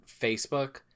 Facebook